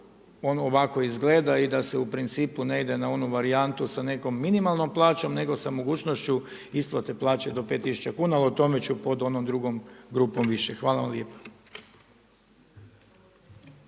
on ovako izgleda i da se u principu ne ide na onu varijantu sa nekom minimalnom plaćom nego sa mogućnošću isplate plaće do 5 tisuća kuna ali o tome ću pod onom drugom grupom više. Hvala vam lijepa.